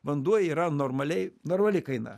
vanduo yra normaliai normali kaina